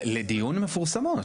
לדיון הן מפורסמות.